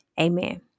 Amen